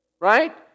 right